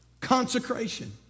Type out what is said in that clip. consecration